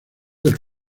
del